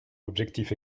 objectif